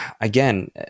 again